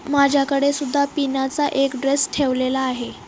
माझ्याकडे सुद्धा पिनाचा एक ड्रेस ठेवलेला आहे